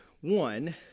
one